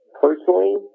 personally